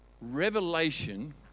Revelation